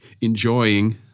enjoying